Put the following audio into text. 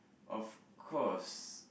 of course